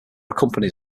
accompanies